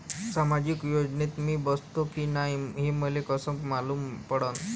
सामाजिक योजनेत मी बसतो की नाय हे मले कस मालूम पडन?